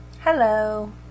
hello